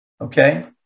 Okay